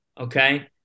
okay